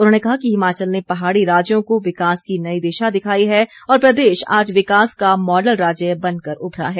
उन्होंने कहा कि हिमाचल ने पहाड़ी राज्यों को विकास की नई दिशा दिखाई है और प्रदेश आज विकास का मॉडल राज्य बन कर उभरा है